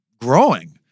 growing